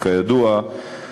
כידוע,